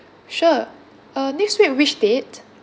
sure uh next week which date